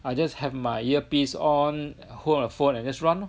I just have my earpiece on hold a phone and just run lor